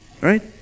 right